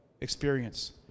experience